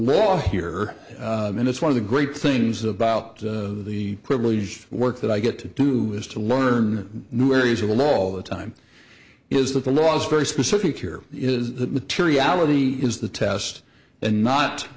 law here and it's one of the great things about the privileged work that i get to do is to learn new areas of the all the time is that the law is very specific here is that materiality is the test and not